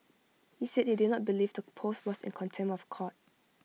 he said he did not believe the post was in contempt of court